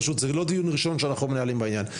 פשוט זה לא דיון ראשון שאנחנו מנהלים בעניין.